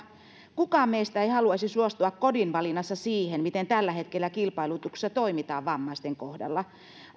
kukaan meistä ei haluaisi suostua kodin valinnassa siihen miten tällä hetkellä kilpailutuksissa toimitaan vammaisten kohdalla